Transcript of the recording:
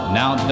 now